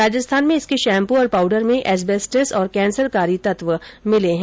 राजस्थान में इसके शैम्पू और पाउडर में एस्बेस्टस और कैंसरकारी तत्व मिले हैं